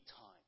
time